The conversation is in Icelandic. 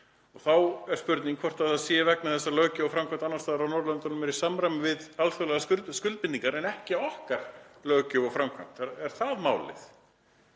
Þá er spurning hvort það sé vegna þess að löggjöf og framkvæmd annars staðar á Norðurlöndunum sé í samræmi við alþjóðlegar skuldbindingar en ekki okkar löggjöf og framkvæmd. Er það málið?